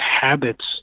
habits